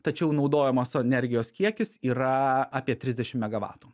tačiau naudojamos energijos kiekis yra apie trisdešimt megavatų